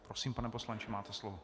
Prosím, pane poslanče, máte slovo.